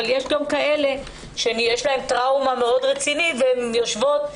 אבל יש גם כאלה שיש להן טראומה מאוד רצינית והן יושבות,